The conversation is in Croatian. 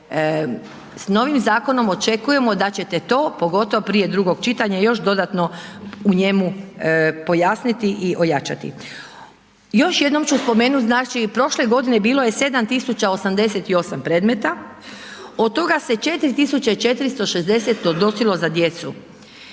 s novim zakonom očekujemo da ćete to pogotovo prije drugog čitanja još dodatno u njemu pojasniti i ojačati. Još jednom ću spomenuti znači prošle godine bilo je 7.088 predmeta, od toga se 4.460 odnosilo za djecu,